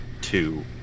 two